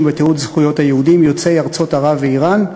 ותיעוד זכויות היהודים יוצאי ארצות ערב ואיראן.